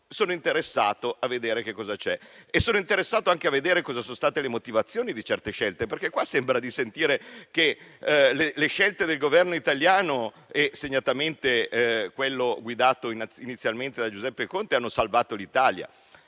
sono interessato a vedere che cosa c'è. Sono interessato anche a vedere quali siano state le motivazioni di certe scelte, perché sembra di sentire che le scelte del Governo italiano, segnatamente quello guidato inizialmente da Giuseppe Conte, abbiano salvato l'Italia.